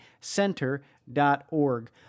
center.org